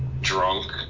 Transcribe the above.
drunk